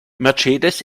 mercedes